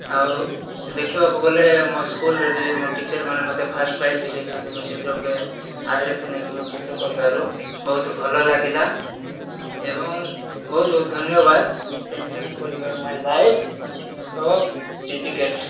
ଆଉ ଦେଖିବାକୁ ଗଲେ ମୋ ସ୍କୁଲରେ ବି ମୋ ଟିଚରମାନେ ମତେ ଫାଷ୍ଟ ପ୍ରାଇଜ ବି ଦେଇଛନ୍ତି ମୋ ଚିତ୍ର ଉପରେ ଆଧାରିତ ନେଇକି ମୁଁ ଚିତ୍ର କରିବାରୁ ବହୁତ ଭଲ ଲାଗିଲା ଏବଂ ବହୁତ ବହୁତ ଧନ୍ୟବାଦ ପେଣ୍ଟିଂ କରିବା ମୋ ଲାଇଫ୍ ସୋ ଡେଡ଼ିକେଟ୍